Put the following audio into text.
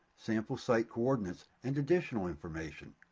sample site coordinates and additional information.